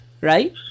Right